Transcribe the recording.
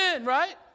right